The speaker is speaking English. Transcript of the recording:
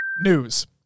news